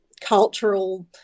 cultural